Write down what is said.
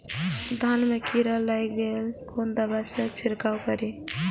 धान में कीरा लाग गेलेय कोन दवाई से छीरकाउ करी?